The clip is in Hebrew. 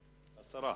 הסרה.